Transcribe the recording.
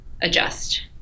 adjust